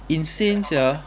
insane sia